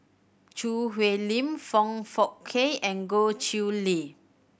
Choo Hwee Lim Foong Fook Kay and Goh Chiew Lye